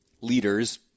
leaders